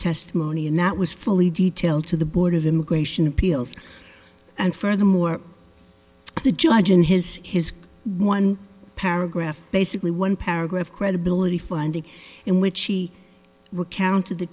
testimony and that was fully detailed to the board of immigration appeals and furthermore the judge in his his one paragraph basically one paragraph credibility finding in which he recounted the